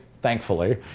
thankfully